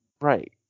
Right